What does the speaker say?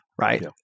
right